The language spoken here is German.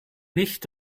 nicht